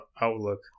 outlook